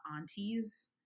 aunties